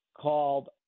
called